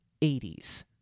80s